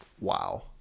Wow